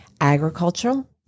agricultural